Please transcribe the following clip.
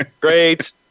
Great